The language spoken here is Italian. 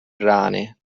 rane